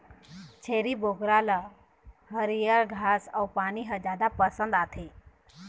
छेरी बोकरा ल हरियर घास अउ पाना ह जादा पसंद आथे